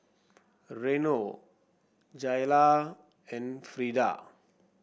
Reno Jayla and Frieda